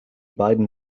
beiden